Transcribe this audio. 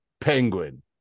penguin